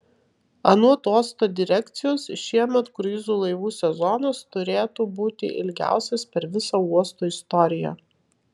anot uosto direkcijos šiemet kruizų laivų sezonas turėtų būti ilgiausias per visą uosto istoriją